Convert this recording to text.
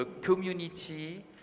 community